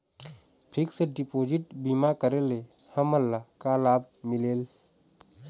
Fix deposit बीमा करे ले हमनला का लाभ मिलेल?